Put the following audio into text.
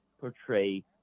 portray